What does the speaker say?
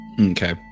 Okay